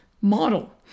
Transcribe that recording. model